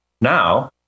Now